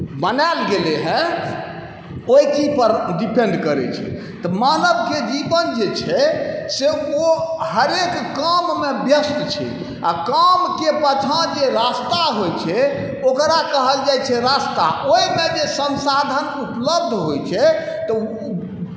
बनाएल गेलै हँ ओहि चीजपर डिपेन्ड करै छै तऽ मानवके जीवन जे छै से ओ हरेक काममे व्यस्त छै आओर कामके पाछा जे रास्ता होइ छै ओकरा कहल जाइ छै रास्ता ओहिमे जे संसाधन उपलब्ध होइ छै तऽ ओ